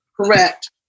Correct